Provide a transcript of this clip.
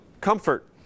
comfort